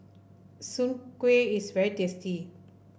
Soon Kway is very tasty